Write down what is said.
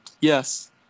Yes